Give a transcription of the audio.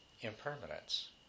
impermanence